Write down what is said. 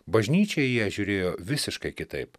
bažnyčia į ją žiūrėjo visiškai kitaip